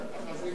רוני,